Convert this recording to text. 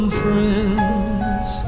friends